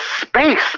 space